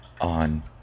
on